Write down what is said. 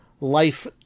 life